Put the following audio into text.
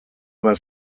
bat